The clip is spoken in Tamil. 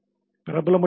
பிரபலம் மட்டுமல்ல